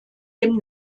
dem